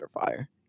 fire